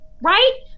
right